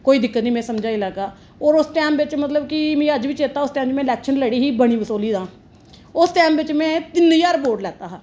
कोई दिक्कत नेई में समझाई लेगा और उस टैंम च मतलब कि मिगी अज वी चेता उस टैंम च में इलेक्शन लडी ही बनी बसोली दा उस टैंम च में तिन ज्हार बोट लेता हा